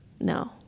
No